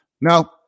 No